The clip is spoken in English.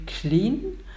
clean